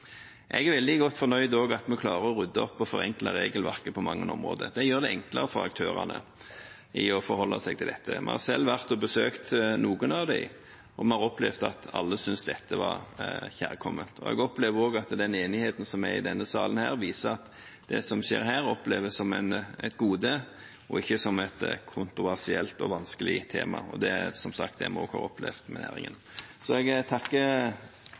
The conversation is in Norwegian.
Jeg er også veldig godt fornøyd med at vi klarer å rydde opp og forenkle regelverket på mange områder. Det gjør det enklere for aktørene å forholde seg til dette. Vi har selv besøkt noen av dem, og vi har opplevd at alle synes dette var kjærkomment. Jeg opplever også at den enigheten som er i denne salen, viser at det som skjer, oppleves som et gode og ikke som et kontroversielt og vanskelig tema. Det er som sagt det vi også har opplevd med næringen. Jeg takker